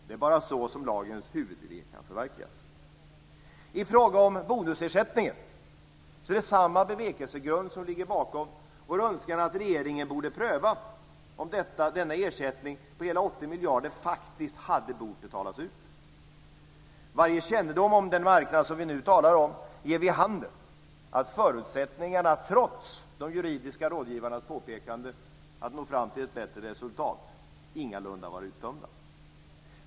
Det är bara så som lagens huvudidé kan förverkligas. I fråga om bonusersättningen är det samma bevekelsegrund som ligger bakom vår önskan att regeringen borde pröva om denna ersättning faktiskt borde ha betalas ut. Varje kännedom om den marknad som vi nu talar om ger vid handen att förutsättningarna att nå fram till ett bättre resultat, trots de juridiska rådgivarnas påpekanden, ingalunda var uttömda.